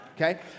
Okay